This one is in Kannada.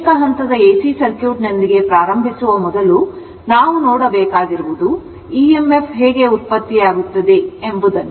ಏಕ ಹಂತದ ಎಸಿ ಸರ್ಕ್ಯೂಟ್ನೊಂದಿಗೆ ಪ್ರಾರಂಭಿಸುವ ಮೊದಲು ನಾವು ನೋಡಬೇಕಾಗಿರುವುದು emf ಹೇಗೆ ಉತ್ಪತ್ತಿಯಾಗುತ್ತದೆ ಎಂಬುದನ್ನು